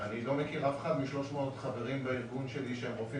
אני לא מכיר אף אחד מ-300 החברים בארגון שלי שהם רופאים